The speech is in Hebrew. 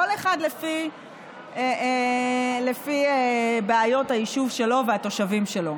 כל אחד לפי בעיות היישוב שלו והתושבים שלו.